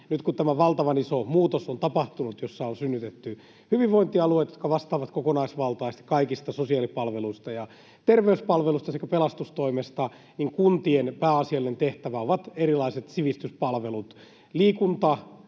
tapahtunut tämä valtavan iso muutos, jossa on synnytetty hyvinvointialueet, jotka vastaavat kokonaisvaltaisesti kaikista sosiaalipalveluista ja terveyspalveluista sekä pelastustoimesta, niin kuntien pääasiallisena tehtävänä ovat erilaiset sivistyspalvelut — liikunta-,